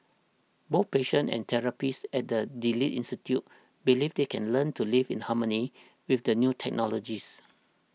both patients and therapists at the Delete Institute believe they can learn to live in harmony with the new technologies